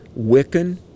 Wiccan